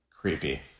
Creepy